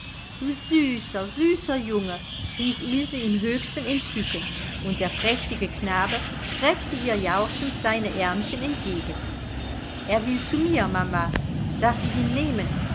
süßer süßer junge rief ilse im höchsten entzücken und der prächtige knabe streckte ihr jauchzend seine aermchen entgegen er will zu mir mama darf ich ihn nehmen